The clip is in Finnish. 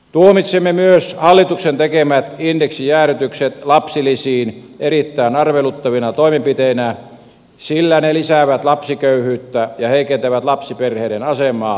tuomitsemme myös hallituksen tekemät indeksijäädytykset lapsilisiin erittäin arveluttavina toimenpiteinä sillä ne lisäävät lapsiköyhyyttä ja heikentävät lapsiperheiden asemaa entisestään